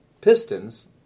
pistons